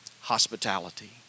hospitality